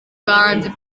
bahanzi